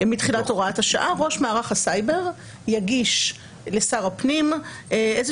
מתחילת הוראת השעה ראש מערך הסייבר יגיש לשר הפנים איזה